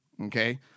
Okay